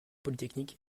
polytechnique